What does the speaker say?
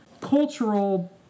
cultural